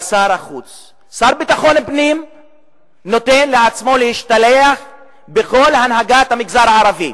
השר לביטחון הפנים נותן לעצמו להשתלח בכל הנהגת המגזר הערבי,